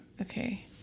Okay